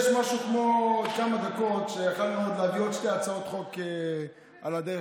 יש משהו כמו עוד כמה דקות שיכולנו להביא עוד שתי הצעות חוק על הדרך.